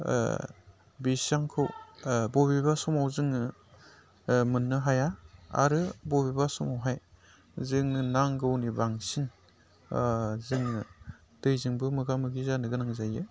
बेसेबांखौ बबेबा समाव जोङो मोननो हाया आरो बबेबा समावहाय जोङो नांगौनि बांसिन जोंनो दैजोंबो मोगा मोगि जानो गोनां जायो